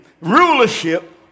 rulership